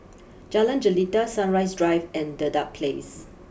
Jalan Jelita Sunrise Drive and Dedap place